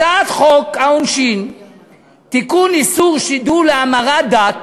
הצעת חוק העונשין (תיקון, איסור שידול להמרת דת)